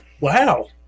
Wow